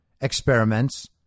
experiments